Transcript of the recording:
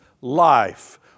life